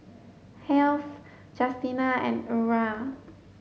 Heath Justina and Eura